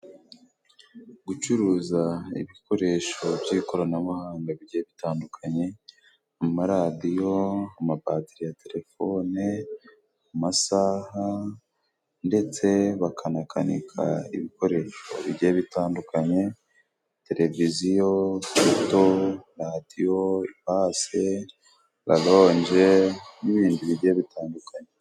Gucuruza ibikoresho by'ikoranabuhanga bigiye bitandukanye, amaradiyo, amabadiri ya telefone, amasaha ndetse bakanakanika ibikoresho bigiye bitandukanye, televiziyo, radiyo, ipasi, ragoje n'ibindi bige bitandukanye.